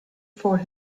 for